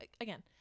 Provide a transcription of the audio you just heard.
again